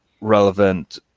relevant